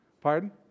Pardon